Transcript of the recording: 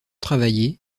travailler